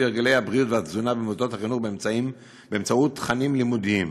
הרגלי הבריאות והתזונה במוסדות החינוך באמצעות תכנים לימודיים,